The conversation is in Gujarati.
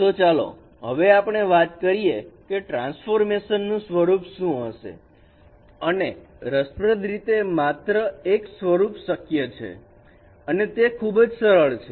તો ચાલો હવે આપણે વાત કરીએ કે ટ્રાન્સફોર્મેશન નું સ્વરૂપ શું હશે અને રસપ્રદ રીતે માત્ર એક સ્વરૂપ શક્ય છે અને તે ખૂબ સરળ છે